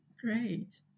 Great